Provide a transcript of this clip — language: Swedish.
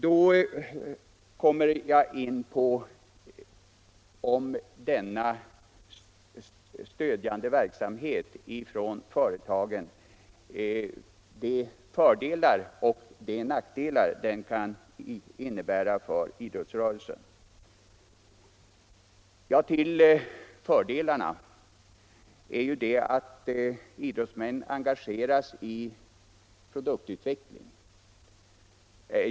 Därmed kommer jag in på frågan om vilka fördelar och nackdelar som denna stödjande verksamhet från företagen kan innebära för idrottsrörelsen. Till fördelarna hör att idrottsmännen engageras i produktutveckling.